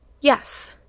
Yes